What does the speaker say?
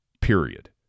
period